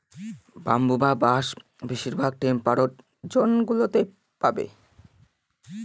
bamboo বা বাঁশ বেশিরভাগ টেম্পারড জোন গুলোতে পাবে